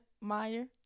Meyer